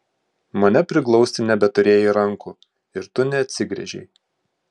mane priglausti nebeturėjai rankų ir tu neatsigręžei